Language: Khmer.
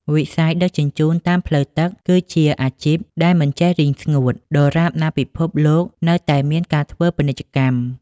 វិស័យដឹកជញ្ជូនតាមផ្លូវទឹកគឺជាអាជីពដែលមិនចេះរីងស្ងួត ដរាបណាពិភពលោកនៅតែមានការធ្វើពាណិជ្ជកម្ម។